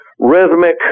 Rhythmic